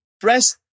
press